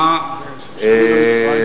מה לגבי השינוי במצרים?